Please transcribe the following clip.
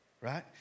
right